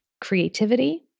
Creativity